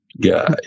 guy